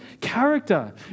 character